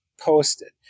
posted